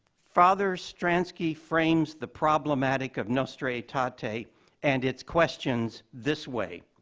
father stransky frames the problematic of nostra aetate ah aetate and its questions this way.